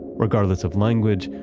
regardless of language,